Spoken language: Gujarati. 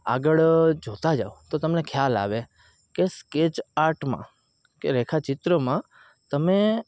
આગળ જોતાં જાઓ તો તમને ખ્યાલ આવે કે સ્કેચ આર્ટમાં કે રેખા ચિત્રમાં તમે